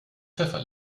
pfeffer